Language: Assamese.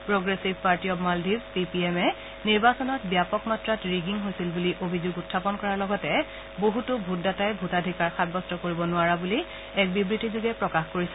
progressive party of Maldives P P এমে নিৰ্বাচত ব্যাপক মাত্ৰাত ৰিগিং হৈছিল বুলি অভিযোগ উখাপন কৰাৰ লগতে বহুতো ভোটদাতাই ভোটাধিকাৰ সাব্যস্ত কৰিব নোৱাৰা বুলি এক বিবৃতিষোগে প্ৰকাশ কৰিছে